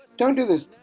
don't do this.